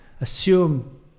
assume